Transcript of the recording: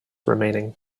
remaining